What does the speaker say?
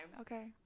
Okay